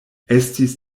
estis